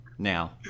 now